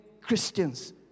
Christians